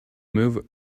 move